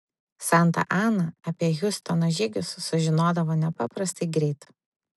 santa ana apie hiustono žygius sužinodavo nepaprastai greit